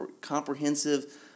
comprehensive